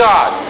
God